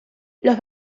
los